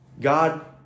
God